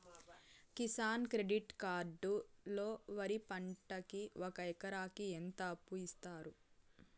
Kisan credit card లో వరి పంటకి ఒక ఎకరాకి ఎంత అప్పు ఇస్తారు?